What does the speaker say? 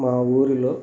మా ఊరిలో